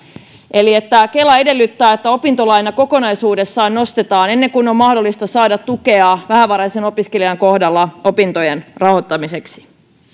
eli se että kela edellyttää että opintolaina kokonaisuudessaan nostetaan ennen kuin on mahdollista saada tukea vähävaraisen opiskelijan kohdalla opintojen rahoittamiseksi